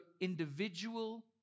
individual